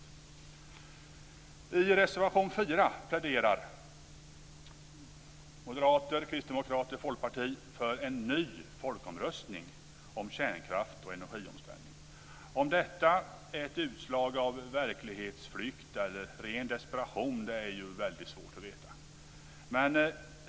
I reservation 4 pläderar moderater, kristdemokrater och folkpartister för en ny folkomröstning om kärnkraft och energiomställning. Om detta är ett utslag av verklighetsflykt eller ren desperation är väldigt svårt att veta.